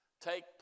take